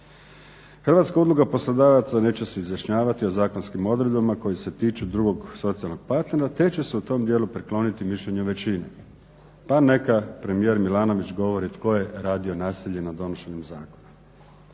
Hrvatska udruga poslodavaca neće se izjašnjavati o zakonskim odredbama koji se tiču drugog socijalnog partnera te će se u tom dijelu prikloniti mišljenju većine". Pa neka premijer Milanović govori tko je radio nasilje na donošenju zakona.